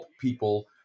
people